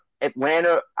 Atlanta